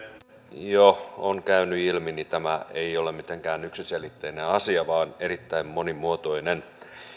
jo on käynyt ilmi tämä ei ole mitenkään yksiselitteinen asia vaan erittäin monimuotoinen